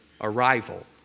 arrival